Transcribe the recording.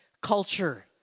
culture